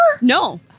No